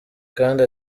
kandi